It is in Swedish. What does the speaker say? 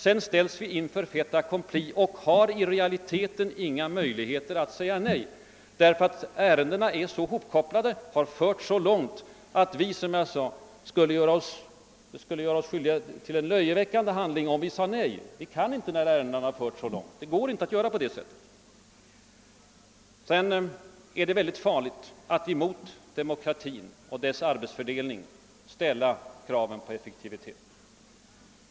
Sedan ställs vi inför fait accompli och har i realiteten inga möjligheter att säga nej; ärendena är så hopkopplade och har förts så långt att det rentav kan te sig löjeväckande att säga nej. Det går inte att göra på det sättet. Det är farligt att emot demokratin och dess arbetsfördelning ställa kraven på effektivitet.